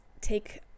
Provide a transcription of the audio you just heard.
take